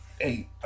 Eight